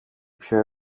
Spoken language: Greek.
πιο